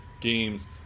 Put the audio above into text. games